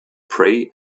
pray